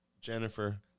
Jennifer